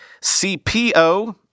CPO